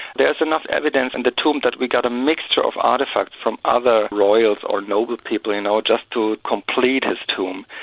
there's enough evidence in the tomb that we got a mixture of artefacts from other royals or noble people ah ah just to complete his tomb,